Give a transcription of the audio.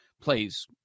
plays